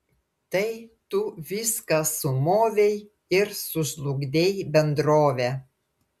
tai tu viską sumovei ir sužlugdei bendrovę